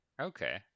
Okay